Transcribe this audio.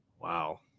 Wow